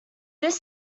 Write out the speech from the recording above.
this